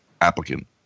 applicant